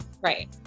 Right